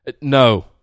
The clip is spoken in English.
No